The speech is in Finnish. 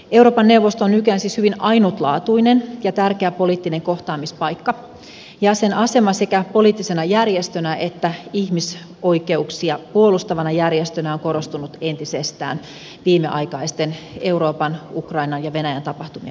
euroopan neuvosto on nykyään siis hyvin ainutlaatuinen ja tärkeä poliittinen kohtaamispaikka ja sen asema sekä poliittisena järjestönä että ihmisoikeuksia puolustavana järjestönä on korostunut entisestään viimeaikaisten euroopan ukrainan ja venäjän tapahtumien myötä